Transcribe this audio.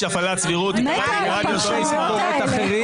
יש הפעלת סבירות --- אני מתה על הפרשנויות האלה.